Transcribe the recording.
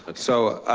so,